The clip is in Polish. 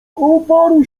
uparł